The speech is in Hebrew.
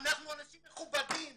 אנחנו אנשים מכובדים.